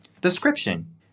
Description